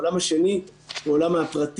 העולם השני הוא עולם הפרטים,